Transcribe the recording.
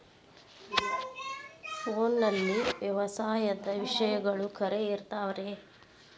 ಫೋನಲ್ಲಿ ವ್ಯವಸಾಯದ ವಿಷಯಗಳು ಖರೇ ಇರತಾವ್ ರೇ?